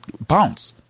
bounce